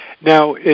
Now